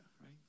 right